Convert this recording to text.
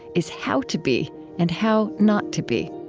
is how to be and how not to be.